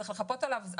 צריך לחפות עליו.